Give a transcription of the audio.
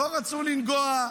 לא רצו לגעת